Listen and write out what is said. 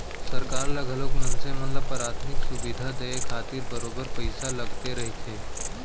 सरकार ल घलोक मनसे मन ल पराथमिक सुबिधा देय खातिर बरोबर पइसा लगत रहिथे